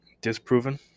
disproven